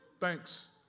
thanks